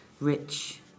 rich